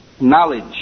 knowledge